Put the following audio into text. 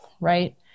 Right